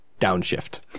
downshift